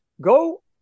Go